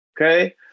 okay